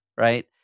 right